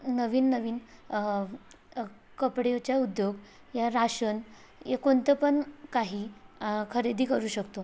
नवीन नवीन कपडेच्या उद्योग या राशन कोणतं पण काही खरेदी करू शकतो